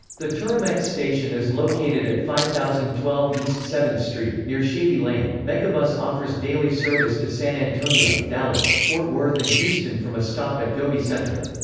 the turimex station is located at five thousand and twelve east seventh street, near shady lane megabus offers daily service to san antonio, dallas fort worth and houston from a stop at dobie center.